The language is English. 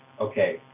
okay